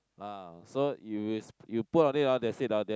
ah so you is you put on it that's it hor then